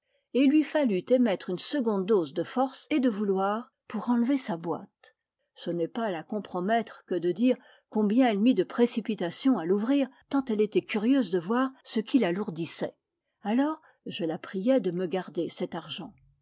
et il lui fallut émettre une seconde dose de force et de vouloir pour enlever sa boîte ce n'est pas la compromettre que de dire combien elle mit de précipitation à l'ouvrir tant elle était curieuse de voir ce qui l'alourdissait alors je la priai de me garder cet argent